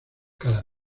cada